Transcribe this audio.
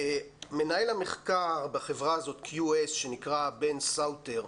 מנהל המחקר בחברה הזאת, QS, שנקרא בן סאוטר,